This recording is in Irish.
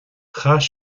chaith